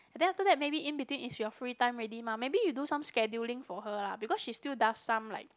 then after that maybe in between is your free time already mah maybe you do some scheduling for her lah because she still does some like